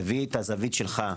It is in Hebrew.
מביא את הזווית שלך,